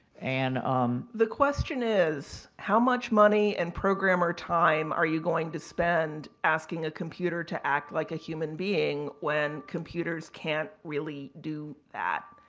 um the question is, how much money and programmer time are you going to spend asking a computer to act like a human being when computers can't really do that?